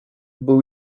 był